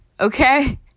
okay